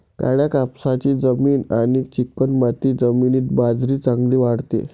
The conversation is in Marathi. काळ्या कापसाची जमीन आणि चिकणमाती जमिनीत बाजरी चांगली वाढते